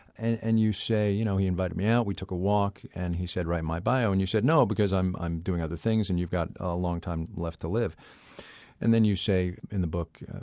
and and you say, you know he invited me out, we took a walk, and he said, write my bio and you said no, because i'm i'm doing other things and you've got a long time left to live and then you say in the book,